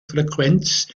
frequenz